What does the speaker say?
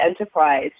enterprise